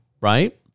right